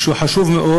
והוא חשוב מאוד.